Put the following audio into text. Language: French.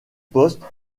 poste